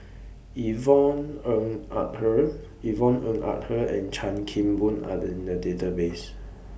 Yvonne Ng Uhde Yvonne Ng Uhde and Chan Kim Boon Are in The Database